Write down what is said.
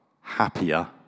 happier